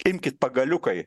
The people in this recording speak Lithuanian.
imkit pagaliukai